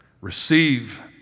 receive